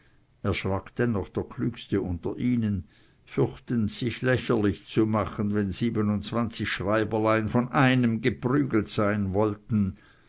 erschrak dennoch der klügste unter ihnen fürchtend sich lächerlich zu machen wenn siebenundzwanzig schreiberlein von einem geprügelt sein wollten